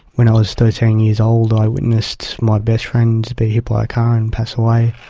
when i was thirteen years old i witnessed my best friend be hit by a car and pass away,